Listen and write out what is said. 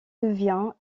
devient